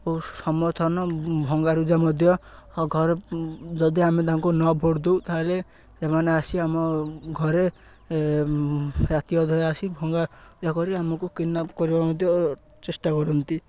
ଓ ସମର୍ଥନ ଭଙ୍ଗାରୁଜା ମଧ୍ୟ ଘରେ ଯଦି ଆମେ ତାଙ୍କୁ ନ ଭୋଟ ଦେଉ ତାହେଲେ ସେମାନେ ଆସି ଆମ ଘରେ ରାତି ଅଧରେ ଆସି ଭଙ୍ଗାରୁଜା କରି ଆମକୁ କିଡ଼ନାପ କରିବା ମଧ୍ୟ ଚେଷ୍ଟା କରନ୍ତି